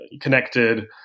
connected